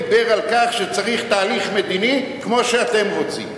דיבר על כך שצריך תהליך מדיני כמו שאתם רוצים.